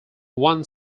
one